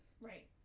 Right